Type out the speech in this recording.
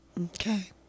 okay